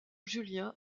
julien